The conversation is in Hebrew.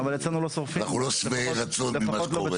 אנחנו לא שבעי רצון ממה שקורה.